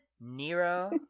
Nero